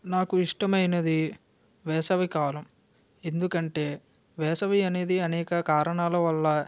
నాకు ఇష్టమైనది వేసవికాలం ఎందుకంటే వేసవి అనేది అనేక కారణాల వల్ల